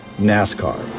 NASCAR